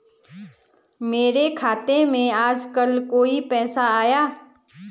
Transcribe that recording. मेरे खाते में आजकल कोई पैसा आया?